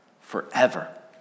forever